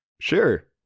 sure